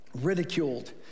ridiculed